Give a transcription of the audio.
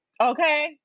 Okay